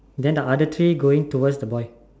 then the other three going towards the boy